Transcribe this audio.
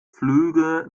flüge